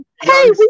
Hey